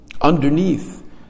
underneath